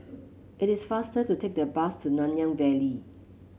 it is faster to take the bus to Nanyang Valley